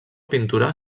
pintura